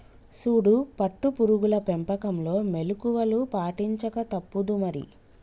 సూడు పట్టు పురుగుల పెంపకంలో మెళుకువలు పాటించక తప్పుదు మరి